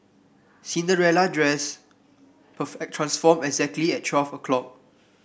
Cinderella dress transformed exactly at twelve o'clock